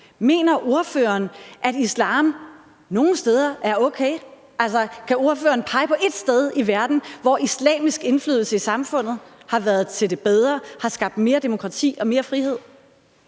Mener ordføreren, at islam nogle steder er okay? Kan ordføreren pege på ét sted i verden, hvor islamisk indflydelse i samfundet har været til det bedre, har skabt mere demokrati og mere frihed?